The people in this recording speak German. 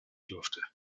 durfte